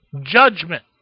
judgment